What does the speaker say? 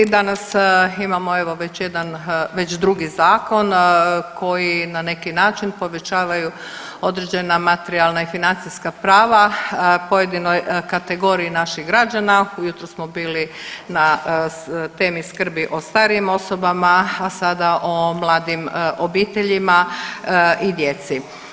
Danas imamo evo već jedan, već drugi zakon koji na neki način povećavaju određena materijalna i financijska prava pojedinoj kategoriji naših građana, ujutro smo bili na temi skrbi o starijim osobama, a sada o mladim obiteljima i djeci.